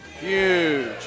huge